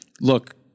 look